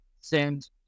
send